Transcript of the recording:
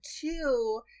two